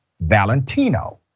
Valentino